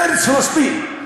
ארץ פלסטין.